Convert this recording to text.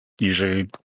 usually